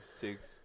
six